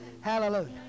Hallelujah